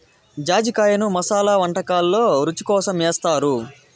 జాజికాయను మసాలా వంటకాలల్లో రుచి కోసం ఏస్తారు